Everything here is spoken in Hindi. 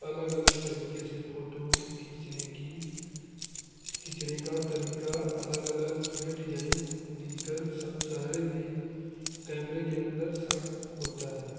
अलग अलग तरीके से फ़ोटो खींचने की खींचने का तरीका अलग अलग उसमें डिजाइन देकर सब सारे वी कैमरे के अंदर सब होता है